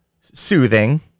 soothing